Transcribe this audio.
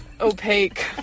opaque